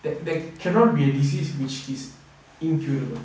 that that cannot be a disease which is incurable